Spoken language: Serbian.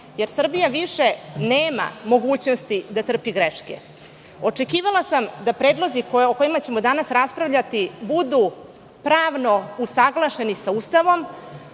jer Srbija više nema mogućnosti da trpi greške. Očekivala sam da predlozi, o kojima ćemo danas raspravljati, budu pravno usaglašeni sa Ustavom,